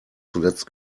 zuletzt